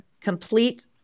complete